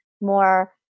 more